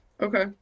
Okay